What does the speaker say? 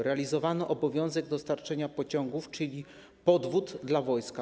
Realizowano obowiązek dostarczenia pociągów, czyli podwód dla wojska.